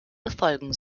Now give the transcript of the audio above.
befolgen